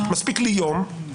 מספיק לי יום.